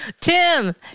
Tim